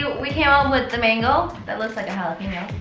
ah we came up with the mango that looks like a jalapeno.